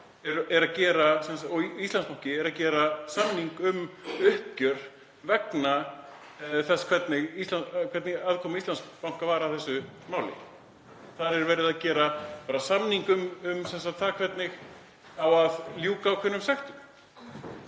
og Íslandsbanki eru að gera samning um uppgjör vegna þess hvernig aðkoma Íslandsbanka var að þessu máli. Þar er verið að gera samning um það hvernig eigi að ljúka ákveðnum sektum,